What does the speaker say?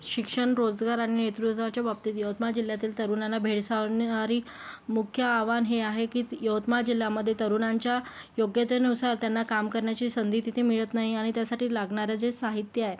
शिक्षण रोजगार आणि नेतृत्वाच्या बाबतीत यवतमाळ जिल्ह्यातील तरुणांना भेडसावणारी मुख्य आव्हान हे आहे की यवतमाळ जिल्ह्यामध्ये तरुणांच्या योग्यतेनुसार त्यांना काम करण्याची संधी तिथे मिळत नाही आणि त्यासाठी लागणारे जे साहित्य आहे